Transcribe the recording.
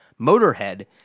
Motorhead